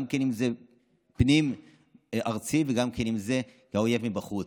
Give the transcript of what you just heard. גם אם זה פנים-ארצי וגם אם זה אויב מבחוץ.